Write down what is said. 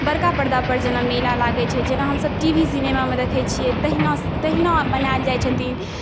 बड़का परदापर जेना मेला लागै छै जेना हमसब टी वी सिनेमामे देखै छिए तहिना तहिना बनाएल जाइ छथिन